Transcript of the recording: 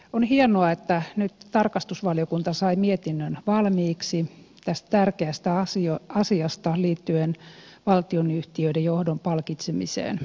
on hienoa että nyt tarkastusvaliokunta sai mietinnön valmiiksi tästä tärkeästä asiasta liittyen valtionyhtiöiden johdon palkitsemiseen